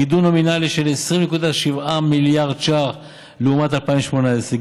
גידול נומינלי של 20.7 מיליארד ש"ח לעומת שנת 2018,